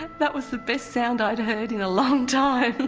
and that was the best sound i'd heard in a long time.